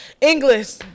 English